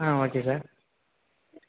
ah okay sir